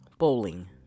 Bowling